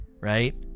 right